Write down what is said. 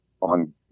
on